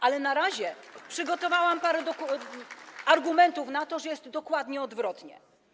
Ale na razie przygotowałam parę argumentów na to, że jest dokładnie odwrotnie.